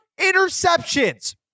interceptions